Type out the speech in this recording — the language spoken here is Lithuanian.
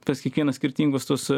tas kiekvienas skirtingos